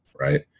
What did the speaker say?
right